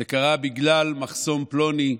זה קרה בגלל מחסום פלוני,